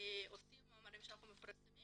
עושים ועל מאמרים שאנחנו מפרסמים.